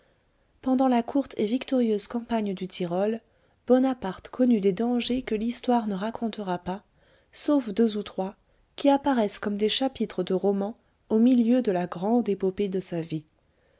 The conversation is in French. pendant la courte et victorieuse campagne du tyrol bonaparte courut des dangers que l'histoire ne racontera pas sauf deux ou trois qui apparaissent comme des chapitres de roman au milieu de la grande épopée de sa vie